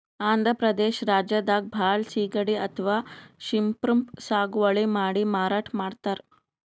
ಆಂಧ್ರ ಪ್ರದೇಶ್ ರಾಜ್ಯದಾಗ್ ಭಾಳ್ ಸಿಗಡಿ ಅಥವಾ ಶ್ರೀಮ್ಪ್ ಸಾಗುವಳಿ ಮಾಡಿ ಮಾರಾಟ್ ಮಾಡ್ತರ್